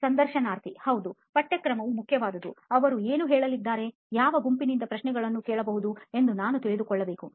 ಸಂದರ್ಶನಾರ್ಥಿ ಹೌದು ಪಠ್ಯಕ್ರಮವು ಮುಖ್ಯವಾದುದು ಅವರು ಏನು ಕೇಳಲಿದ್ದಾರೆ ಯಾವ ಗುಂಪಿನಿಂದ ಪ್ರಶ್ನೆಗಳನ್ನು ಕೇಳಬಹುದು ಎಂದು ನಾನು ತಿಳಿದುಕೊಳ್ಳಬೇಕು